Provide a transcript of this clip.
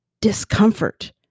discomfort